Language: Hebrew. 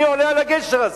מי עולה על הגשר הזה?